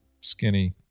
skinny